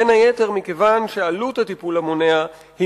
בין היתר מכיוון שעלות הטיפול המונע היא